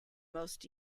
most